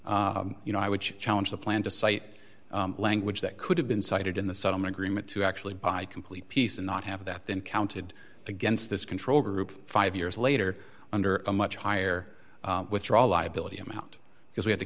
you know i would challenge the plan to cite language that could have been cited in the settlement agreement to actually buy complete peace and not have that been counted against this control group five years later under a much higher withdraw liability amount because we have to